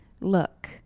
Look